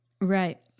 Right